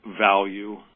value